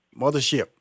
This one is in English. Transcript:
mothership